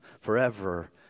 forever